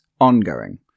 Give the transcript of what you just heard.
ongoing